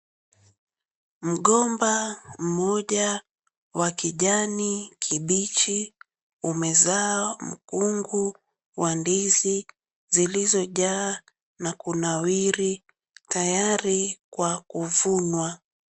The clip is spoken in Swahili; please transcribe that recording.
Mgomba mmoja wa kijani kibichi umezaa mkungu wa ndizi zilizojaa na kunawiri tayari kwa kuvunwa.